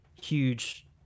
huge